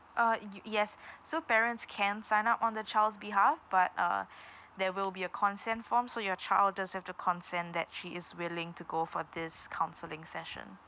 uh yes so parents can sign up on the child's behalf but uh there will be a consent form so your child does have to consent that she is willing to go for this counselling session